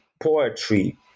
poetry